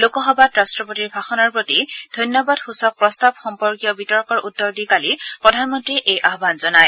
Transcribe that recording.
লোকসভাত ৰাট্টপতিৰ ভাষণৰ প্ৰতি ধন্যবাদ সূচক প্ৰস্তাৱ সম্পৰ্কীয় বিতৰ্কৰ উত্তৰ দি কালি প্ৰধানমন্তীয়ে এই আহ্বান জনায়